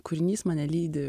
kūrinys mane lydi